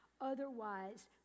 Otherwise